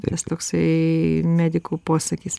tas toksai medikų posakis